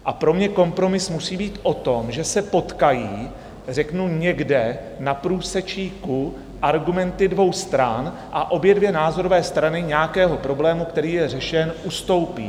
A pro mě kompromis musí být o tom, že se potkají někde na průsečíku argumenty dvou stran a obě dvě názorové strany nějakého problému, který je řešen, ustoupí.